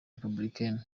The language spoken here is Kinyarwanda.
republicains